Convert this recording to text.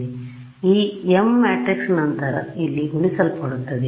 ಆದ್ದರಿಂದ ಈ m matrix ನಂತರ ಇಲ್ಲಿ ಗುಣಿಸಲ್ಪಡುತ್ತದೆ